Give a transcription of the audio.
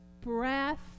Breath